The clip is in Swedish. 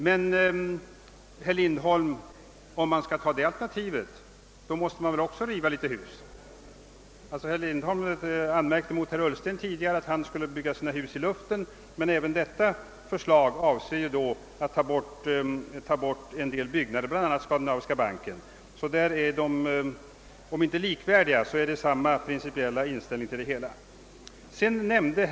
Men om vi skall välja det alternativet, herr Lindholm, måste man väl också riva vissa hus — herr Lindholm anmärkte tidigare gentemot herr Ullsten att denne ville bygga sina hus i luften. Men även detta förslag innebär att man måste ta bort en del av de nuvarande byggnaderna, bl.a. Skandinaviska banken. I det fallet har alltså herrarna Lindholm och Ullsten samma principiella inställning till projektet.